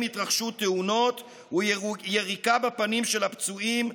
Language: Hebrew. התרחשו תאונות הוא יריקה בפנים של הפצועים,